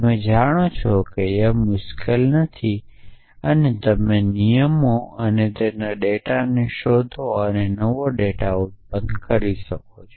તમે જાણો છો કે મેચિંગ મુશ્કેલ નથી અને તમે નિયમો અને તેના ડેટા ને શોધી અને નવો ડેટા ઉત્પન્ન કરી શકો છો